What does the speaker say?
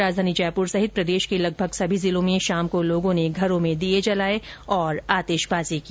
राजधानी जयपुर सहित प्रदेश के लगभंग सभी जिलों में शाम को लोगों ने घरों में दीये जलाए और आतिशबाजी की